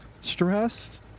stressed